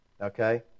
Okay